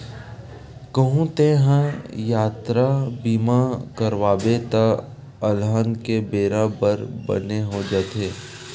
कहूँ तेंहा यातरा बीमा करवाबे त अलहन के बेरा बर बने हो जाथे